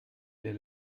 der